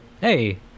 hey